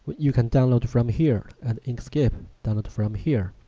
you can download from here and inkscape done it from here